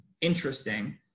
interesting